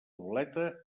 boleta